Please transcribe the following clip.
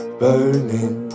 burning